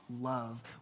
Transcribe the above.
love